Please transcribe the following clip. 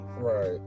right